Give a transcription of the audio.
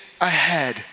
ahead